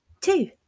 two